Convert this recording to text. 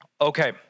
Okay